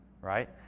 Right